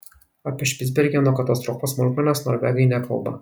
apie špicbergeno katastrofos smulkmenas norvegai nekalba